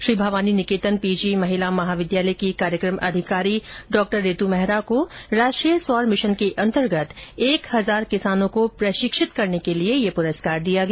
Shri Bhavani Niketan PG महिला महाविद्यालय की कार्यक्रम अधिकारी डॉ रितु मेहरा को राष्ट्रीय सौर मिशन के अन्तर्गत एक हजार किसानों को प्रशिक्षित करने के लिए यह पुरस्कार दिया गया